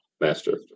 master